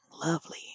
lovely